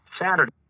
Saturday